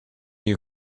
you